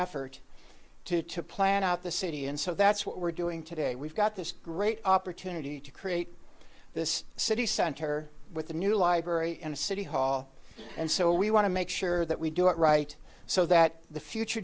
effort to to plan out the city and so that's what we're doing today we've got this great opportunity to create this city center with a new library and a city hall and so we want to make sure that we do it right so that the future